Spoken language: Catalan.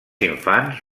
infants